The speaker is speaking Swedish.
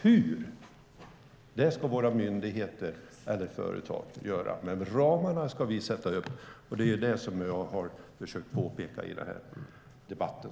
Hur det ska göras ska våra myndigheter och företag bestämma. Ramarna ska vi sätta upp, och det har jag försökt påpeka i debatten.